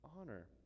honor